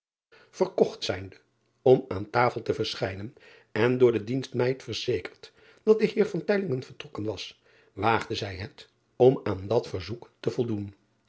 erkocht zijnde om aan tafel te verschijnen en door de dienstmeid verzekerd dat de eer vertrokken was waagde zij het om aan dat verzoek te voldoen